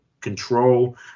control